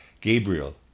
Gabriel